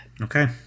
Okay